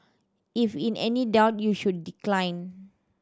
if in any doubt you should decline